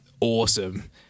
awesome